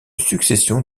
succession